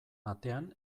atean